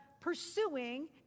pursuing